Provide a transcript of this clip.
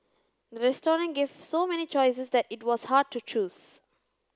the restaurant gave so many choices that it was hard to choose